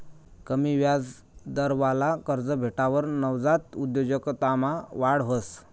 कमी याजदरवाला कर्ज भेटावर नवजात उद्योजकतामा वाढ व्हस